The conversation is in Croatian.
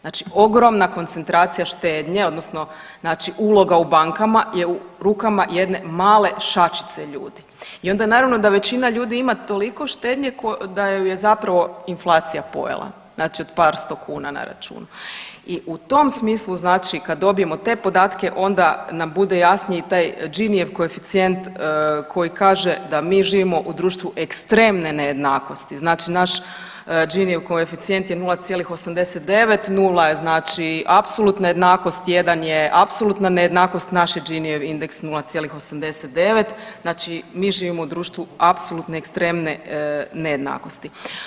Znači ogromna koncentracija štednje odnosno znači uloga u bankama je u rukama jedne male šačice ljudi i onda naravno da većina ljudi ima toliko štednje da ju je zapravo inflacija pojela, znači od par sto kuna na računu i u tom smislu znači kad dobijemo te podatke onda nam bude jasniji i taj Džinijev koeficijent koji kaže da mi živimo u društvu ekstremne nejednakost, znači naš Džinijev koeficijent je 0,89, nula je znači apsolutna jednakost, jedan je apsolutna nejednakost, naš je Džinijev indeks 0,89, znači mi živimo u društvu apsolutne ekstremne nejednakosti.